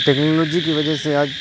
technology کی وجہ سے آج